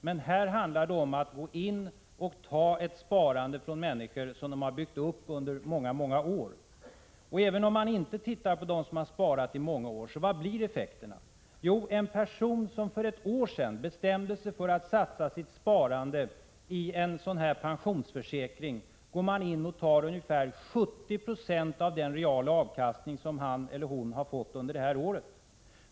Men här handlar det om att gå in och ta ett sparande från människor som dessa människor har byggt under många, många år. Och även om man inte tittar på förhållandena för dem som har sparat under många år måste man fråga sig: Vilka blir effekterna? Jo, då det gäller en person som för ett år sedan bestämde sig för att satsa sitt sparande i en pensionsförsäkring går man in och tar ungefär 70 96 av den reala avkastning som han eller hon har fått under det här året.